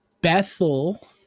Bethel